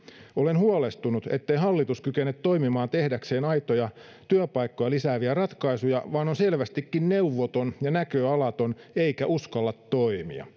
olen huolestunut siitä ettei hallitus kykene toimimaan tehdäkseen aitoja työpaikkoja lisääviä ratkaisuja vaan on selvästikin neuvoton ja näköalaton eikä uskalla toimia